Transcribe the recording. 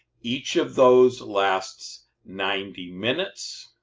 each of those lasts ninety minutes.